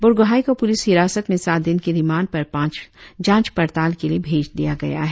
बरगुहाई को पुलिस हिरासत में सात दिन की रिमांड पर जांच पड़ताल के लिए भेज दिया गया है